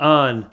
on